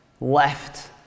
left